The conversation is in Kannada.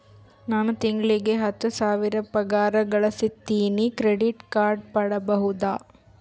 ನಾನು ತಿಂಗಳಿಗೆ ಹತ್ತು ಸಾವಿರ ಪಗಾರ ಗಳಸತಿನಿ ಕ್ರೆಡಿಟ್ ಕಾರ್ಡ್ ಪಡಿಬಹುದಾ?